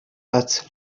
but